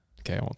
okay